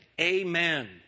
Amen